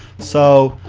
so,